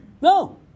No